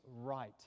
right